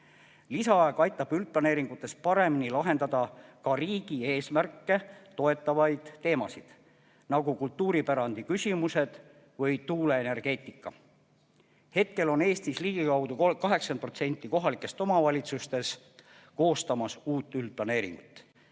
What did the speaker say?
Lisaaeg aitab üldplaneeringutes paremini lahendada ka riigi eesmärke toetavaid teemasid, nagu kultuuripärandi küsimused või tuuleenergeetika. Hetkel koostab Eestis ligikaudu 80% kohalikest omavalitsustest uut üldplaneeringut.